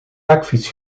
bakfiets